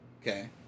Okay